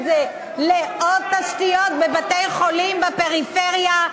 זה לעוד תשתיות בבתי-חולים בפריפריה,